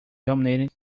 dominating